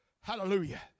Hallelujah